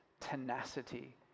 tenacity